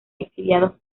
exiliados